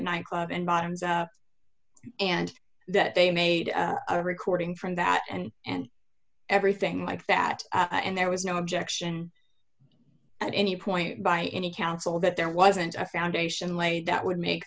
and bottoms and that they made a recording from that and and everything like that and there was no objection at any point by any counsel that there wasn't a foundation laid that would make